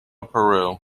peru